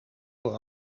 voor